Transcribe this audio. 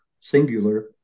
singular